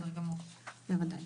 בוודאי.